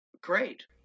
great